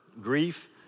grief